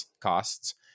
costs